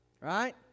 Right